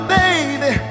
baby